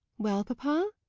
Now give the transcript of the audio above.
well, papa?